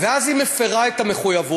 ואז היא מפרה את המחויבות,